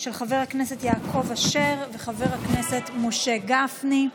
של חבר הכנסת יעקב אשר וחבר הכנסת משה גפני.